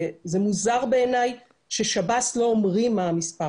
וזה מוזר בעיניי ששב"ס לא אומרים מה המספר